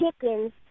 chickens